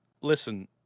listen